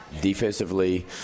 Defensively